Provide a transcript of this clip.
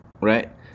right